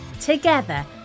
Together